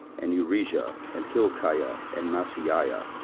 and urijah, and hilkiah, and maaseiah,